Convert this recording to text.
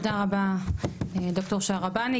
תודה רבה ד"ר שהרבני,